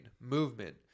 movement